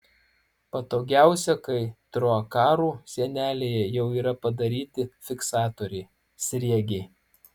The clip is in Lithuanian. patogiausia kai troakarų sienelėje jau yra padaryti fiksatoriai sriegiai